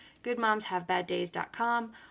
goodmomshavebaddays.com